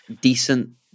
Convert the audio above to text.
decent